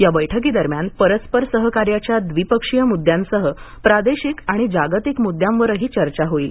या बैठकीदरम्यान परस्पर सहकार्याच्या द्विपक्षीय मुद्द्यांसह प्रादेशिक आणि जागतिक मुद्द्यांवरही चर्चा होईल